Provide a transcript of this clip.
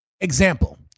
example